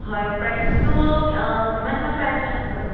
হয় প্ৰাইচটো কিমান কিমান প্ৰাইচৰ আছে বাৰু